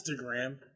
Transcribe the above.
Instagram